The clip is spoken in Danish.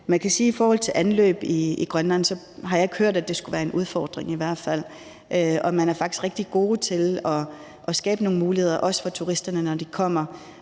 Mange tak. I forhold til anløb i Grønland har jeg i hvert fald ikke hørt, at det skulle være en udfordring, og man er faktisk rigtig god til at skabe nogle muligheder, også for turisterne, når de kommer